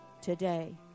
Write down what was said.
today